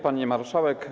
Pani Marszałek!